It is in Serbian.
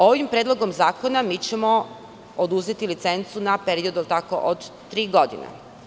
Ovim predlogom zakona mi ćemo oduzeti licencu na period od tri godine.